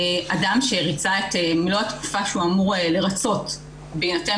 אדם שריצה את מלוא התקופה שהוא אמור לרצות בהינתן